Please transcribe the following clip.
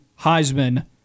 Heisman